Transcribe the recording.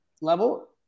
level